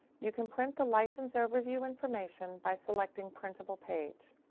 you can print the license overview information by selecting printable page.